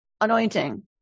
anointing